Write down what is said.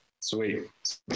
Sweet